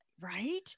Right